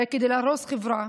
הרי כדי להרוס חברה